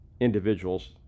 individuals